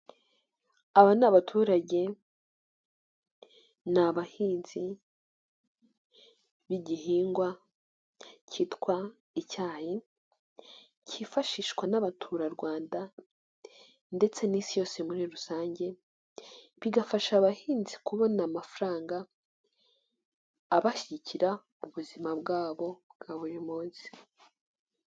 Aba ni abaturage ni abahinzi b'igihingwa cyitwa icyayi ,cyifashishwa n'abaturarwanda ndetse n'isi yose muri rusange ,bigafasha abahinzi kubona amafaranga abashyigikira m'ubuzima bwabo bwa buri munsi.